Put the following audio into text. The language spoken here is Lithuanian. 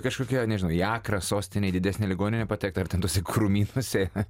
kažkokią nežinau į akrą sostinę į didesnę ligoninę patekti ir ten tuose krūmynuose